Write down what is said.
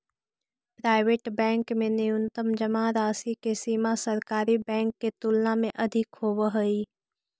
private bank में न्यूनतम जमा राशि के सीमा सरकारी बैंक के तुलना में अधिक होवऽ हइ